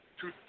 Two